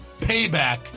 Payback